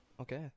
Okay